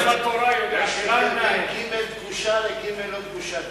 יש הבדל בין גימ"ל דגושה לגימ"ל לא דגושה.